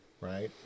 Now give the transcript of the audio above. right